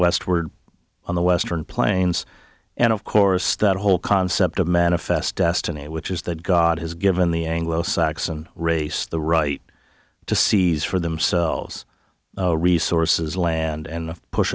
westward on the western plains and of course that whole concept of manifest destiny which is that god has given the anglo saxon race the right to seize for themselves resources land and push